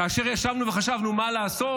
כאשר ישבנו וחשבנו מה לעשות,